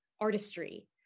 artistry